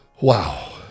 wow